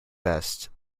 best